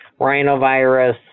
rhinovirus